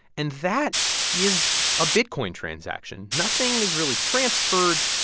and that is a bitcoin transaction. nothing is really transferred.